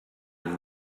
with